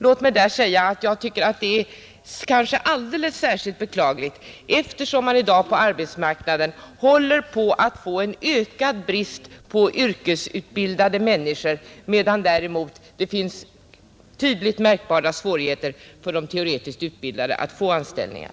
Låt mig säga att det är alldeles särskilt beklagligt, eftersom man i dag på arbetsmarknaden håller på att få en ökad brist på yrkesutbildade människor, medan det däremot finns tydligt märkbara svårigheter för de teoretiskt utbildade att få anställningar.